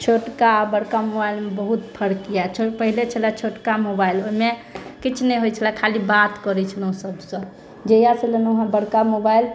छोटका आ बड़का मोबाइलमे बहुत फर्क यऽ पहले छलै छोटका मोबाइल ओहिमे किछु नहि होइत छलै खाली बात करै छलहुँ सबसे जाहिआ से लेलहुँ बड़का मोबाइल